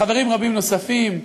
חברים רבים נוספים,